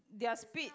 their speed